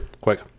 quick